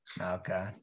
Okay